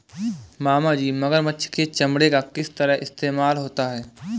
मामाजी मगरमच्छ के चमड़े का किस तरह इस्तेमाल होता है?